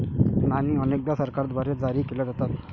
नाणी अनेकदा सरकारद्वारे जारी केल्या जातात